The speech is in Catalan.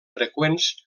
freqüents